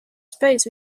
space